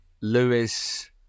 Lewis